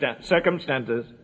circumstances